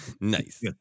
nice